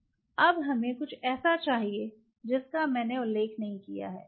अब हमें कुछ ऐसा चाहिए जिसका मैंने उल्लेख नहीं किया है